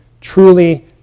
truly